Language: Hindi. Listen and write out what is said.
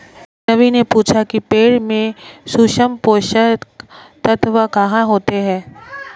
रवि ने पूछा कि पेड़ में सूक्ष्म पोषक तत्व कहाँ होते हैं?